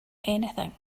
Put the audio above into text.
anything